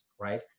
right